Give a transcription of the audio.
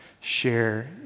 share